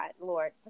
Lord